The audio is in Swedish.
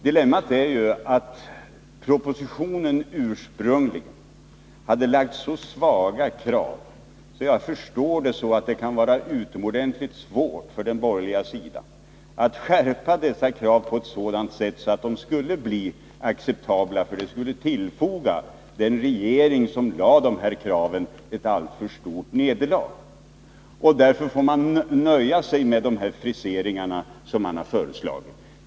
Dilemmat är ju att propositionen ursprungligen hade ställt så svaga krav att det — och detta förstår jag — kan vara utomordenligt svårt för den borgerliga sidan att skärpa kraven så att de skulle kunna bli acceptabla. Det skulle ju tillfoga den regering som stod för kraven ett alltför stort nederlag. Därför får man nöja sig med de friseringar som man nu har föreslagit.